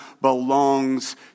belongs